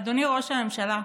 אדוני ראש הממשלה,